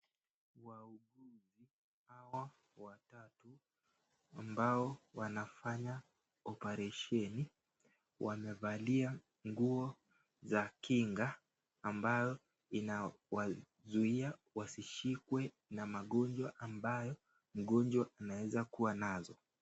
Wahudumu hao watatu ambao wanafanya oparesheni wamevalia nguo za kinga ambao inawazuia wasishikwe na magojwa ambao mgonjwa anaweza kua nazo.